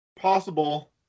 Possible